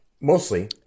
mostly